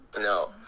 no